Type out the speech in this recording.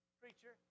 preacher